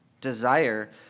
desire